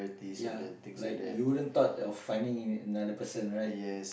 ya like you wouldn't thought of finding another person right